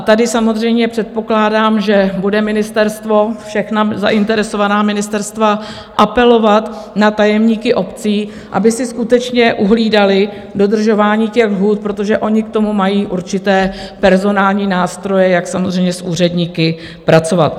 Tady samozřejmě předpokládám, že bude ministerstvo, všechna zainteresovaná ministerstva, apelovat na tajemníky obcí, aby si skutečně uhlídali dodržování těch lhůt, protože oni k tomu mají určité personální nástroje, jak samozřejmě s úředníky pracovat.